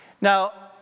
Now